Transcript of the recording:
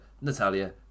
Natalia